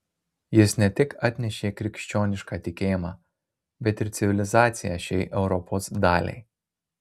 jis ne tik atnešė krikščionišką tikėjimą bet ir civilizaciją šiai europos daliai